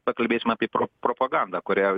pakalbėsim apie propagandą kurią